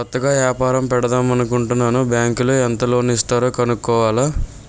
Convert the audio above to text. కొత్తగా ఏపారం పెడదామనుకుంటన్నాను బ్యాంకులో ఎంత లోను ఇస్తారో కనుక్కోవాల